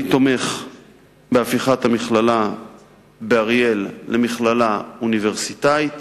אני תומך בהפיכת המכללה באריאל למכללה אוניברסיטאית